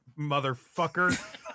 motherfucker